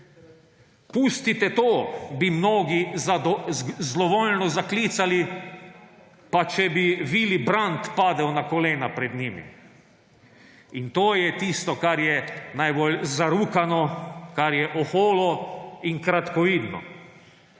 Pustite to – bi mnogi zlovoljno zaklicali, pa če bi Willy Brandt padel na kolena pred njimi. In to je tisto, kar je najbolj zarukano, kar je oholo in kratkovidno.